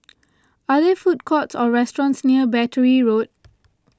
are there food courts or restaurants near Battery Road